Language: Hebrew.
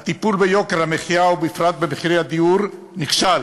הטיפול ביוקר המחיה, ובפרט במחירי הדיור: נכשל,